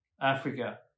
Africa